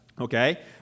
okay